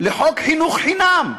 לחוק חינוך חינם.